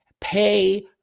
pay